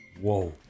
whoa